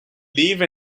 leave